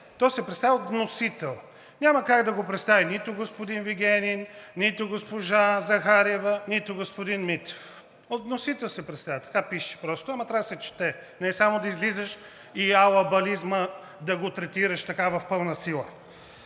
то се представя от вносител. Няма как да го представи нито господин Вигенин, нито госпожа Захариева, нито господин Митов. От вносител се представя – така пише просто, но трябва да се чете, не само да излизаш и алабализма да го третираш в пълна сила.